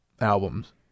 albums